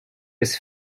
was